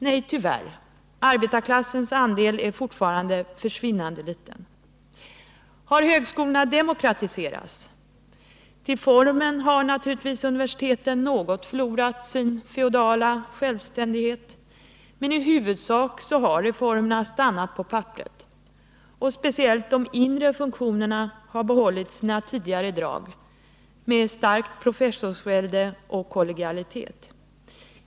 Nej, tyvärr — arbetarklassens andel är fortfarande försvinnande liten. Har högskolorna demokratiserats? Till formen har naturligtvis universiteten något förlorat sin feodala självständighet, men i huvudsak har reformerna stannat på papperet. Speciellt de inre funktionerna har behållit sina tidigare drag med starkt professorsvälde och kollegialitet.